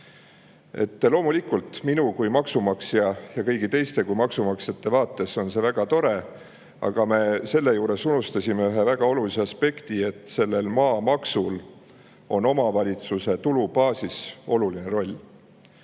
Loomulikult minu kui maksumaksja ja kõigi teiste maksumaksjate vaates on see väga tore, aga me selle juures unustasime ühe väga olulise aspekti: maamaksul on omavalitsuse tulubaasis oluline roll.